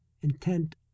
intent